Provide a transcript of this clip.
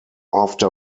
after